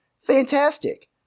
Fantastic